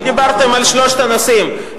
ודיברתם על שלושת הנושאים,